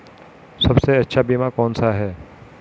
सबसे अच्छा बीमा कौन सा है?